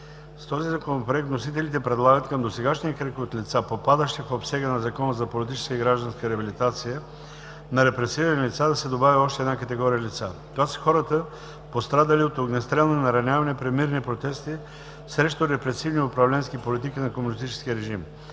С този Законопроект вносителите предлагат към досегашния кръг от лица, попадащи в обсега на Закона за политическа и гражданска реабилитация на репресирани лица да се добави още една категория лица. Това са хората, пострадали от огнестрелни наранявания при мирни протести срещу репресивни управленски политики на комунистическия режим.